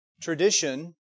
Tradition